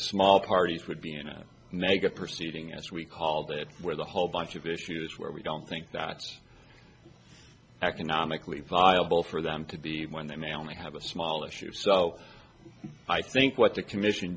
small parties would be in a mega proceeding as we called it where the whole bunch of issues where we don't think that economically viable for them to be when they may only have a small issue so i think what the commission